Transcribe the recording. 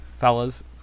fellas